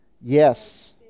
Yes